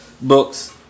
Books